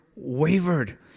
Wavered